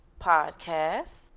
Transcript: podcast